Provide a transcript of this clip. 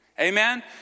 amen